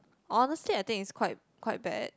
honestly I think it's quite quite bad